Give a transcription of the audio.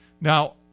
Now